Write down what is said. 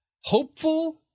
hopeful